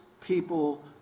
people